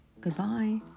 goodbye